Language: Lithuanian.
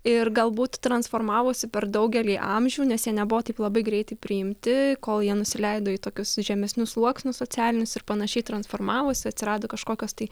ir galbūt transformavosi per daugelį amžių nes jie nebuvo taip labai greitai priimti kol jie nusileido į tokius žemesnių sluoksnius socialinius ir panašiai transformavosi atsirado kažkokios tai